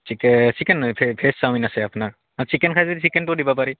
চিকে chicken নহয় veg chowmein আছে আপোনাৰ আৰু চিকেন খায় যদি চিকেনটোও দিব পাৰি